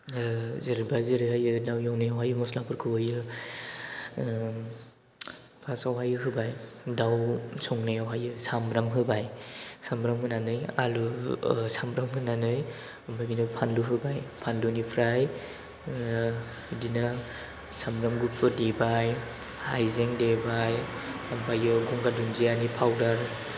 जेरैबा जेरैहायो दाउ एवनायाव मस्लाफोरखौ होयो फार्स्टआवहाय होबाय दाउ संनायावहायो सामब्राम होबाय सामब्राम होनानै आलु सामब्राम होनानै ओमफ्राय बिदिनो फानलु होबाय फानलुनिफ्राय बिदिनो सामब्राम गुफुर देबाय हाइजें देबाय ओमफ्रायो गंगार दुन्दियानि पाउदार